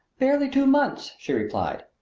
barely two months, she replied.